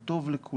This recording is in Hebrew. הוא טוב לכולם,